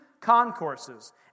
concourses